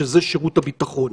שזה שירות הביטחון,